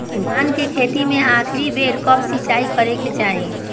धान के खेती मे आखिरी बेर कब सिचाई करे के चाही?